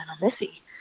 Missy